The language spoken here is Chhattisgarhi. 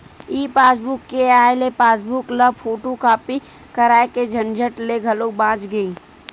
ई पासबूक के आए ले पासबूक ल फोटूकापी कराए के झंझट ले घलो बाच गे